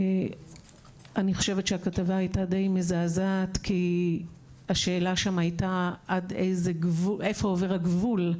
אני חושבת שהכתבה הייתה די מזעזעת כי השאלה שם הייתה איפה עובר הגבול.